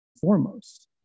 foremost